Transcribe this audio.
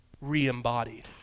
re-embodied